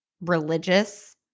religious